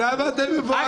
למה הם מבוהלים?